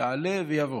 יעלה ויבוא.